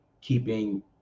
keeping